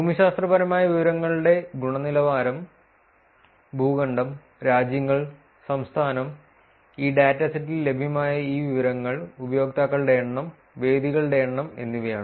ഭൂമിശാസ്ത്രപരമായ വിവരങ്ങളുടെ ഗുണനിലവാരം ഭൂഖണ്ഡം രാജ്യങ്ങൾ സംസ്ഥാനം ഈ ഡാറ്റാസെറ്റിൽ ലഭ്യമായ ഈ വിവരങ്ങൾ ഉപയോക്താക്കളുടെ എണ്ണം വേദികളുടെ എണ്ണം എന്നിവയാണ്